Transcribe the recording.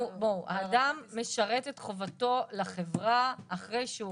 האדם משרת את חובתו לחברה אחרי שהוא הורשע,